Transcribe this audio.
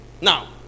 Now